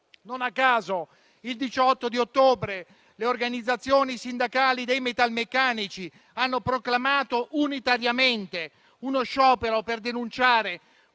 Non a caso, il 18 ottobre le organizzazioni sindacali dei metalmeccanici hanno proclamato unitariamente uno sciopero per denunciare